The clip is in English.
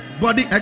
body